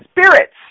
spirits